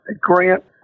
grant